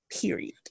period